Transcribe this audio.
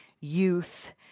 youth